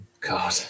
God